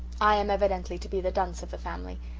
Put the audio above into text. i am evidently to be the dunce of the family.